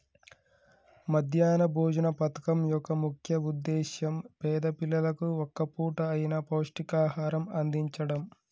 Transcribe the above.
మధ్యాహ్న భోజన పథకం యొక్క ముఖ్య ఉద్దేశ్యం పేద పిల్లలకు ఒక్క పూట అయిన పౌష్టికాహారం అందిచడం